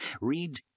Read